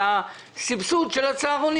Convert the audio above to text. בגלל הנושא של סבסוד הצהרונים.